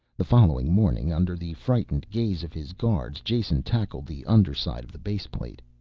the following morning, under the frightened gaze of his guards, jason tackled the underside of the baseplate.